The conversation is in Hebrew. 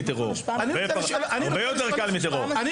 הרבה יותר קל מטרור.